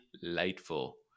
delightful